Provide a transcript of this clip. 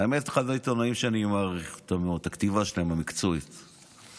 האמת היא שזה אחד העיתונאים שאני מעריך את הכתיבה המקצועית שלהם.